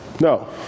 No